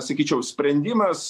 sakyčiau sprendimas